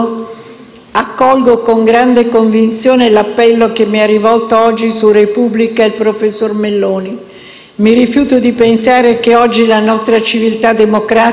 accolgo con grande convinzione l'appello che mi ha rivolto oggi su «la Repubblica» il professor Melloni. Mi rifiuto di pensare che oggi la nostra civiltà democratica